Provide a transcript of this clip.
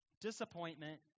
disappointment